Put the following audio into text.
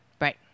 Right